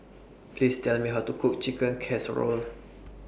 Please Tell Me How to Cook Chicken Casserole